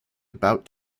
about